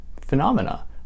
phenomena